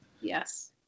yes